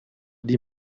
die